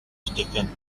stephen